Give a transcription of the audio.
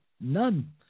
None